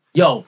yo